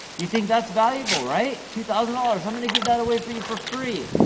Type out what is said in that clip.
you think that's valuable, right? two thousand dollars i'm gonna give that away for you for free,